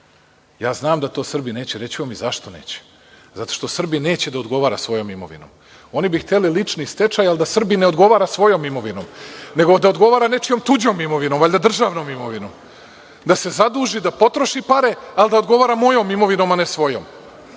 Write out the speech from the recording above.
ja znam da to Srbi neće, a reći ću vam i zašto neće. Zato što Srbin neće da odgovara svojom imovinom. Oni bi hteli lični stečaj, ali da Srbin ne odgovara svojom imovinom, nego da odgovara nečijom tuđom imovinom, državnom imovinom, da se zaduži, da potroši pare, ali da odgovara mojom imovinom, a ne svojom.